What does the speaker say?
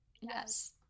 Yes